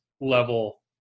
level